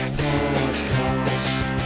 podcast